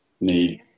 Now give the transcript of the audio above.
need